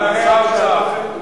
נערי האוצר.